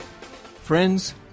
Friends